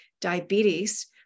diabetes